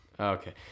okay